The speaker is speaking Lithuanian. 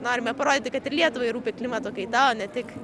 norime parodyti kad ir lietuvai rūpi klimato kaita o ne tik